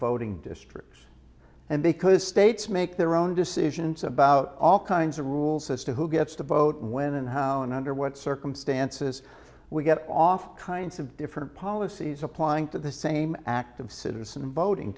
voting districts and because states make their own decisions about all kinds of rules as to who gets to vote when and how and under what circumstances we get off kinds of different policies applying to the same act of citizen voting